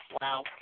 Wow